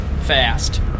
Fast